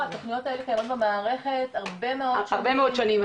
התוכניות האלה קיימות במערכת הרבה מאוד שנים,